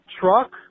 Truck